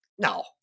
No